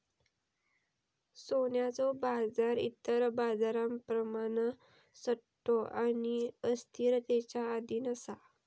सोन्याचो बाजार इतर बाजारांप्रमाण सट्टो आणि अस्थिरतेच्या अधीन असा